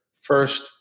first